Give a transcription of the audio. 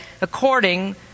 according